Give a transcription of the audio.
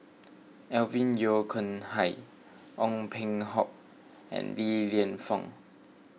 Alvin Yeo Khirn Hai Ong Peng Hock and Li Lienfung